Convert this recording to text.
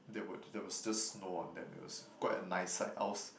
there was there was just snow on them it was quite a nice sight I was